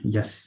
Yes